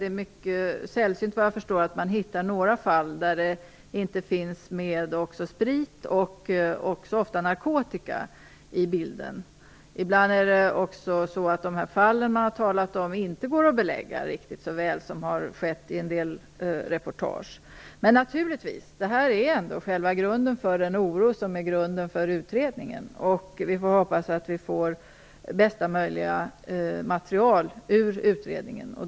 Det är, såvitt jag vet, mycket sällsynt att man hittar några fall där det inte finns också sprit och ofta narkotika med i bilden. Ibland går det inte att belägga fall så väl som har skett i en del reportage. Men det här är naturligtvis ändå själva grunden för den oro som är skälet till utredningen. Vi hoppas att vi får bästa möjliga material ur utredningen.